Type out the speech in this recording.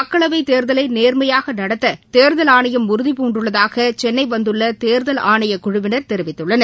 மக்களவைத் தேர்தலைநேர்மையாகநடத்ததேர்தல் ஆணையம் உறுதிபூண்டுள்ளதாகசென்னைவந்துள்ளதேர்தல் ஆணையக் குழுவினர் தெரிவித்துள்ளனர்